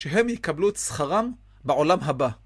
שהם יקבלו את שכרם בעולם הבא.